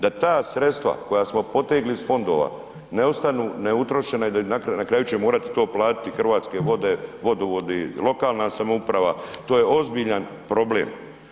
Da ta sredstva koja smo potegli iz fondova, ne ostanu neutrošena i da na kraju će morati to platiti Hrvatske vode, vodovodi, lokalna samouprava, to je ozbiljan problem.